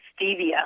stevia